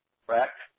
correct